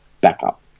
backup